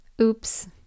Oops